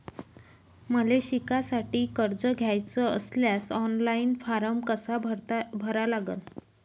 मले शिकासाठी कर्ज घ्याचे असल्यास ऑनलाईन फारम कसा भरा लागन?